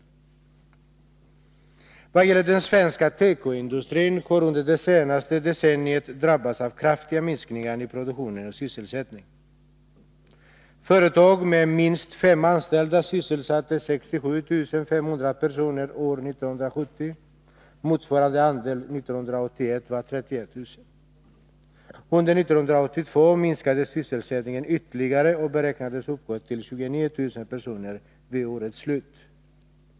I vad gäller den svenska tekoindustrin har den under det senaste decenniet drabbats av kraftiga minskningar i produktion och sysselsättning. Företag med minst fem anställda sysselsatte 67 500 personer år 1970. Motsvarande andel 1981 var 31 000. Under 1982 minskade sysselsättningen ytterligare och beräknades uppgå till ca 29 000 personer vid årets slut.